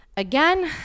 Again